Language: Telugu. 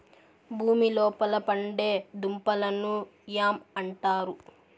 భూమి లోపల పండే దుంపలను యామ్ అంటారు